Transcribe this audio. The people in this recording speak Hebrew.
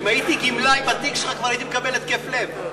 אם הייתי גמלאי ותיק שלך כבר הייתי מקבל התקף לב.